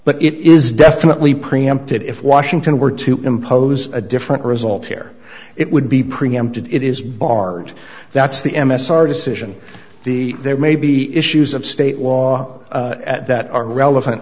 but it is definitely preempted if washington were to impose a different result here it would be preempted it is barred that's the m s r decision the there may be issues of state law that are relevant